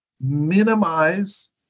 Minimize